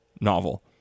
novel